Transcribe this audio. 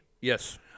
Yes